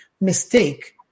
mistake